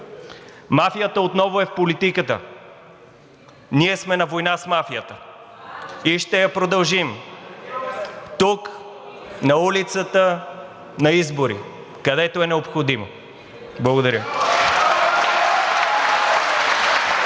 Мафията отново е в политиката, ние сме на война с мафията и ще я продължим – тук, на улицата, на избори, където е необходимо. Благодаря.